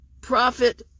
prophet